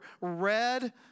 red